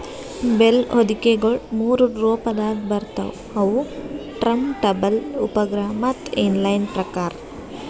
bale ಹೊದಿಕೆಗೊಳ ಮೂರು ರೊಪದಾಗ್ ಬರ್ತವ್ ಅವು ಟರಂಟಬಲ್, ಉಪಗ್ರಹ ಮತ್ತ ಇನ್ ಲೈನ್ ಪ್ರಕಾರ್